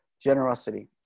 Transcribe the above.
generosity